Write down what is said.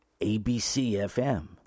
ABC-FM